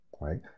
right